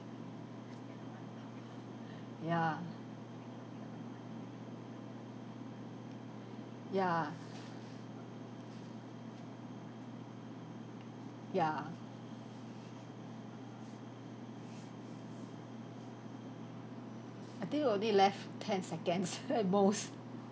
ya ya ya I think we only left ten seconds at most